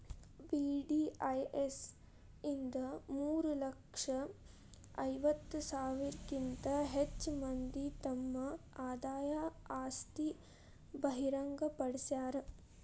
VDIS ಇಂದ ಮೂರ ಲಕ್ಷ ಐವತ್ತ ಸಾವಿರಕ್ಕಿಂತ ಹೆಚ್ ಮಂದಿ ತಮ್ ಆದಾಯ ಆಸ್ತಿ ಬಹಿರಂಗ್ ಪಡ್ಸ್ಯಾರ